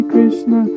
Krishna